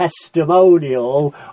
testimonial